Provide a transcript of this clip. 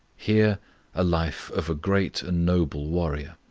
here a life of a great and noble warrior.